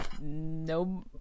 No